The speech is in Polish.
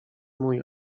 mój